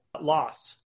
loss